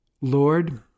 Lord